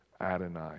Adonai